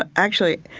ah actually,